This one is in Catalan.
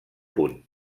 punt